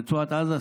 רצועת עזה,